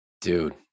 Dude